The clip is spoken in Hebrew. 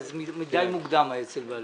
אבל זה מדיי מוקדם האצ"ל והלח"י.